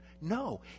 No